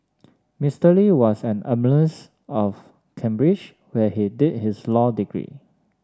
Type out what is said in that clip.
Mister Lee was an alumnus of Cambridge where he did his law degree